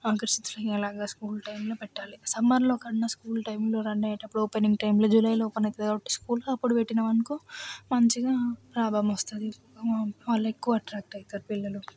ఆకర్షితులయ్యేలాగా school టైంలో పెట్టాలి సమ్మర్లో కన్నా స్కూల్ టైంలో రన్ అయ్యేటప్పుడు ఓపెనింగ్ టైంలో జులైలో ఓపెన్ అవుతుంది కాబట్టి స్కూల్ అప్పుడు పెట్టినామనుకో మంచిగా లాభం వస్తుంది వాళ్ళు ఎక్కువ ఎట్రాక్ట్ అవుతారు పిల్లలు